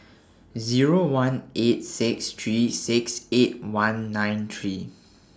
Zero one eight six three six eight one nine three